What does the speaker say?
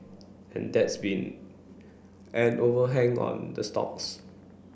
and that's been an overhang on the stocks